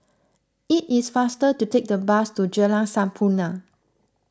it is faster to take the bus to Jalan Sampurna